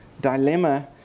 dilemma